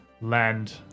land